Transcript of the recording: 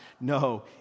No